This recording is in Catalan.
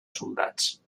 soldats